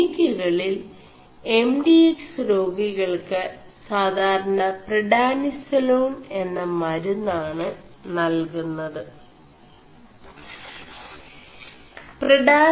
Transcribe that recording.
ിനി ുകളിൽ M D X േരാഗികൾ ് സാധാരണ 4പിഡാനിസലൂൺ എM മരുMാണ് നൽകുMത്